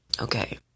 Okay